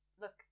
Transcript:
look